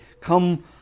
come